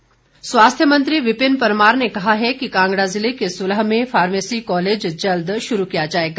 परमार स्वास्थ्य मंत्री विपिन परमार ने कहा है कि कांगड़ा जिले के सुलह में फार्मेसी कॉलेज जल्द शुरू किया जाएगा